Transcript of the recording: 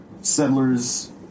settlers